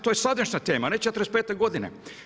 To je sadašnja tema, ne '45. godine.